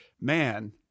man